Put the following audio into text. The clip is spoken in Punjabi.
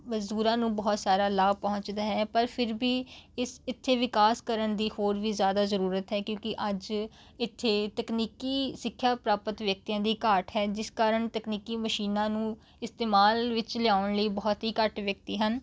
ਮਜ਼ਦੂਰਾਂ ਨੂੰ ਬਹੁਤ ਸਾਰਾ ਲਾਭ ਪਹੁੰਚਦਾ ਹੈ ਪਰ ਫਿਰ ਵੀ ਇਸ ਇੱਥੇ ਵਿਕਾਸ ਕਰਨ ਦੀ ਹੋਰ ਵੀ ਜ਼ਿਆਦਾ ਜ਼ਰੂਰਤ ਹੈ ਕਿਉਂਕਿ ਅੱਜ ਇੱਥੇ ਤਕਨੀਕੀ ਸਿੱਖਿਆ ਪ੍ਰਾਪਤ ਵਿਅਕਤੀਆਂ ਦੀ ਘਾਟ ਹੈ ਜਿਸ ਕਾਰਨ ਤਕਨੀਕੀ ਮਸ਼ੀਨਾਂ ਨੂੰ ਇਸਤੇਮਾਲ ਵਿੱਚ ਲਿਆਉਣ ਲਈ ਬਹੁਤ ਹੀ ਘੱਟ ਵਿਅਕਤੀ ਹਨ